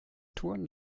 turn